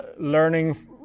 learning